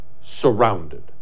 surrounded